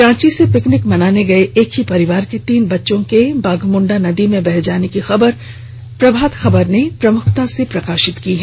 रांची से पिकनिक मनाने गए एक ही परिवार के तीन बच्चों के बाधमुंडा नदी में बह जाने की खबर को प्रभात खबर ने प्रमुखता से प्रकाशित किया है